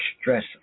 stress